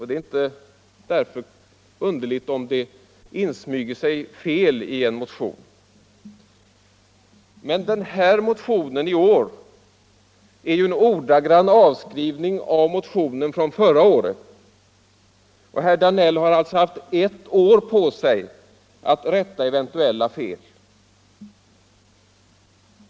Det är därför inte underligt om det kan insmyga sig fel i en motion. Men herr Danells motion i år är ju en ordagrann avskrift av motionen från förra året. Herr Danell har alltså haft ett år på sig för att rätta eventuella fel.